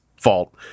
fault